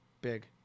big